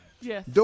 Yes